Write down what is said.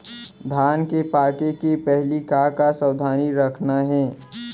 धान के पके के पहिली का का सावधानी रखना हे?